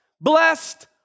blessed